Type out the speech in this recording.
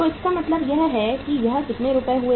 तो इसका मतलब यह है कि यह कितने रुपए हुए